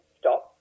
stop